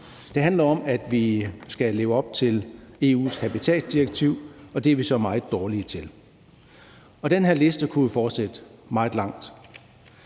Det handler om, at vi skal leve op til EU's habitatdirektiv, og det er vi så meget dårlige til. Den her liste kunne fortsætte og blive